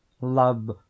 love